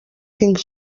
tinc